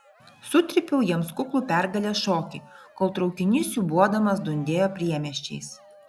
sutrypiau jiems kuklų pergalės šokį kol traukinys siūbuodamas dundėjo priemiesčiais